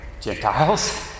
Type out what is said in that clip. Gentiles